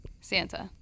Santa